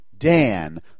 Dan